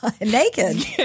naked